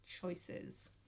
choices